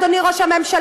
אדוני ראש הממשלה,